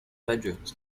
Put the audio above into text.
bedrooms